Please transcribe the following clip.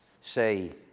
say